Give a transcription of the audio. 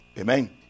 Amen